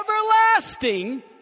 everlasting